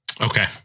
Okay